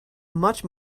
much